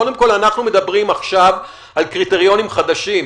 קודם כל, אנחנו מדברים עכשיו על קריטריונים חדשים.